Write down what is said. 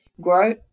grow